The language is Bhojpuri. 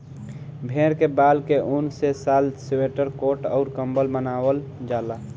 भेड़ के बाल के ऊन से शाल स्वेटर कोट अउर कम्बल बनवाल जाला